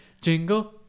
Jingle